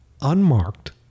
unmarked